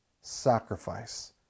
sacrifice